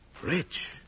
Rich